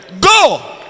go